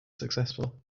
successful